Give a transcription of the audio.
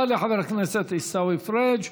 תודה לחבר הכנסת עיסאווי פריג'.